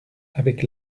avec